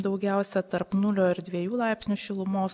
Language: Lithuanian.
daugiausia tarp nulio ir dviejų laipsnių šilumos